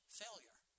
failure